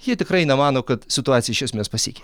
jie tikrai nemano kad situacija iš esmės pasikei